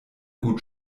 gut